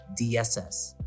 dss